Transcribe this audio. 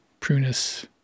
prunus